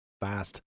fast